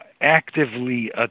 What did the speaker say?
actively